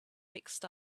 mixed